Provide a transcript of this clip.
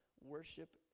worship